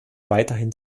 weiterhin